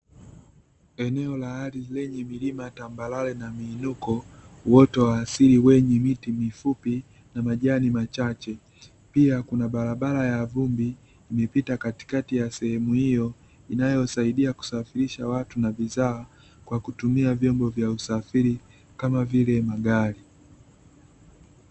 Eneo la ardhi lenye milima tambarare na uoto wa asili wenye miti mifupi na majani machache, pia kuna barabara ya vumbi imepita katikati ya sehemu hiyo, inayosaidia kusafirisha watu na bidhaa, kwa kutumia vyombo vya usafiri kama vile magari.